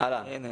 אנחנו